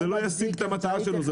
שזה לא ישיג את המטרה שלו.